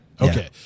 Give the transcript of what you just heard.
Okay